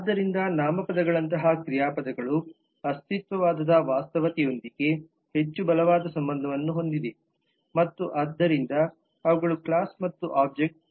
ಆದ್ದರಿಂದ ನಾಮಪದಗಳಂತಹ ಕ್ರಿಯಾಪದಗಳು ಅಸ್ತಿತ್ವವಾದದ ವಾಸ್ತವತೆಗಳೊಂದಿಗೆ ಹೆಚ್ಚು ಬಲವಾದ ಸಂಬಂಧವನ್ನು ಹೊಂದಿವೆ ಮತ್ತು ಆದ್ದರಿಂದ ಅವುಗಳು ಕ್ಲಾಸ್ ಮತ್ತು ಒಬ್ಜೆಕ್ಟ್ ಹೆಚ್ಚು ಸೂಚಕ